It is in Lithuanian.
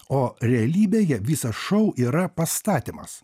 o realybėje visas šou yra pastatymas